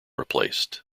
replaced